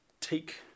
take